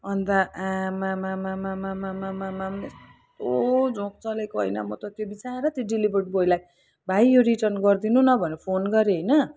अन्त आमामामामामामामाम यस्तो झोक चलेको होइन म त त्यो बिचरा डेलिभरी बोइलाई भाइ यो रिटन गरिदिनु न भनेर फोन गरेँ होइन